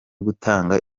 gutanga